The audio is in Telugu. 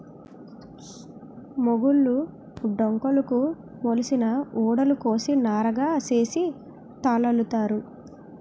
మొగులు డొంకలుకు మొలిసిన ఊడలు కోసి నారగా సేసి తాళల్లుతారు